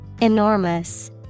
Enormous